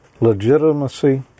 legitimacy